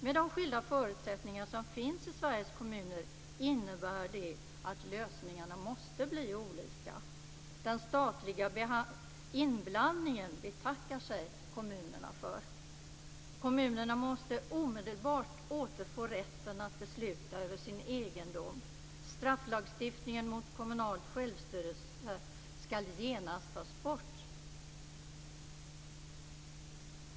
Med de skilda förutsättningar som finns i Sveriges kommuner innebär det att lösningarna måste bli olika. Kommunerna betackar sig för den statliga inblandningen. Kommunerna måste omedelbart återfå rätten att besluta över sin egendom. Strafflagstiftningen mot kommunal självstyrelse ska genast tas bort.